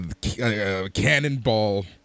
cannonball